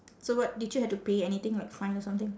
so what did you have to pay anything like fine or something